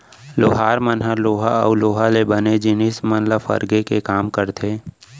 लोहार मन ह लोहा अउ लोहा ले बने जिनिस मन ल फरगे के काम करथे